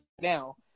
Now